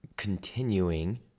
continuing